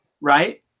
Right